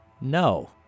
No